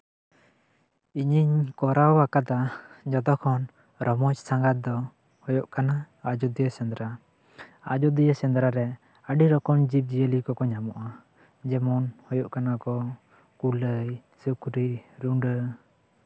ᱤᱧᱤᱧ ᱠᱚᱨᱟᱣ ᱟᱠᱟᱫᱟ ᱡᱚᱛᱚᱠᱷᱚᱱ ᱨᱚᱢᱚᱡ ᱥᱟᱸᱜᱷᱟᱨ ᱫᱚ ᱦᱳᱭᱳᱜ ᱠᱟᱱᱟ ᱟᱡᱳᱫᱤᱭᱟᱹ ᱥᱮᱸᱫᱽᱨᱟ ᱟᱡᱳᱫᱤᱭᱟᱹ ᱥᱮᱸᱫᱽᱨᱟ ᱨᱮ ᱟᱹᱰᱤ ᱨᱚᱠᱚᱢ ᱡᱤᱵᱽ ᱡᱤᱭᱟᱹᱞᱤ ᱠᱚᱠᱚ ᱧᱟᱢᱚᱜᱼᱟ ᱡᱮᱢᱚᱱ ᱦᱳᱭᱳᱜ ᱠᱟᱱᱟ ᱠᱚ ᱠᱩᱞᱟᱹᱭ ᱥᱩᱠᱨᱤ ᱨᱩᱰᱟᱹ